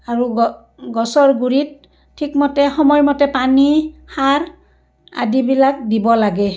আৰু গ গছৰ গুড়িত ঠিকমতে সময়মতে পানী সাৰ আদিবিলাক দিব লাগে